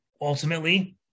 ultimately